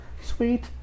Sweet